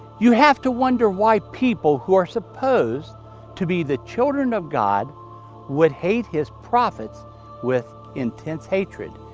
you have to wonder why people who are suppose to be the children of god would hate his prophets with intense hatred?